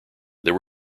there